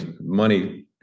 money